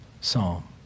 psalm